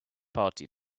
party